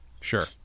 Sure